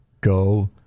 go